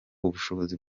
ubushobozi